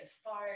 start